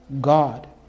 God